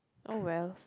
oh wells